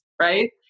right